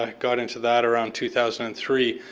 ah got into that around two thousand and three.